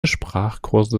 sprachkurse